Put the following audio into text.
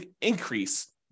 increase